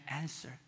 answer